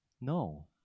No